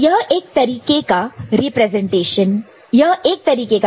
तो यह एक तरीका है रिप्रेजेंटेशन का